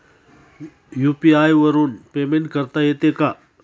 UPI वरून payment करता येते का?